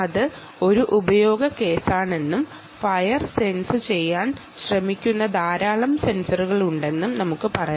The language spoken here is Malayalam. അത് ഒരു യൂസ് കേസാണെന്നും ഫയർ സെൻസു ചെയ്യാൻ ശ്രമിക്കുന്ന ധാരാളം സെൻസറുകളുണ്ടെന്നും നമുക്ക് പറയാം